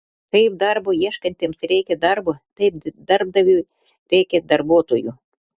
kaip darbo ieškantiesiems reikia darbo taip darbdaviui reikia darbuotojų